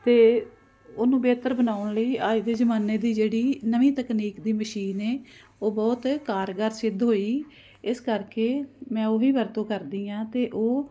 ਅਤੇ ਉਹਨੂੰ ਬੇਹਤਰ ਬਣਾਉਣ ਲਈ ਅੱਜ ਦੇ ਜ਼ਮਾਨੇ ਦੀ ਜਿਹੜੀ ਨਵੀਂ ਤਕਨੀਕ ਦੀ ਮਸ਼ੀਨ ਹੈ ਉਹ ਬਹੁਤ ਕਾਰਗਾਰ ਸਿੱਧ ਹੋਈ ਇਸ ਕਰਕੇ ਮੈਂ ਉਹ ਹੀ ਵਰਤੋਂ ਕਰਦੀ ਹਾਂ ਅਤੇ ਉਹ